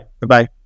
Bye-bye